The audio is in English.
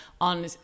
on